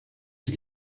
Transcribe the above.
qui